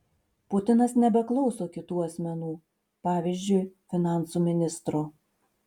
putinas nebeklauso kitų asmenų pavyzdžiui finansų ministro